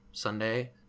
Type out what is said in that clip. Sunday